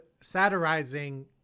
satirizing